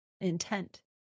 intent